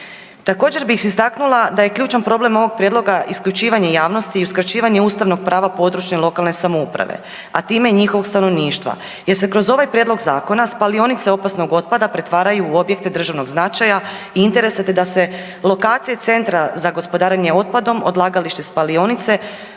Također bih istaknula da je ključan problem ovog prijedloga isključivanje javnosti i uskraćivanje ustavnog prava područne lokalne samouprave, a time i njihovog stanovništva jer se kroz ovaj prijedlog zakona spalionice opasnog otpada pretvaraju u objekte državnog značaja i interesa, te da se lokacije centra za gospodarenje otpadom, odlagalište i spalionice